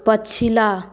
पछिला